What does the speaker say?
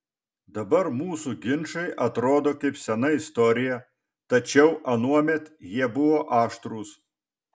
dabar mūsų ginčai atrodo kaip sena istorija tačiau anuomet jie buvo aštrūs